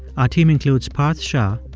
our team includes parth shah,